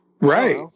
Right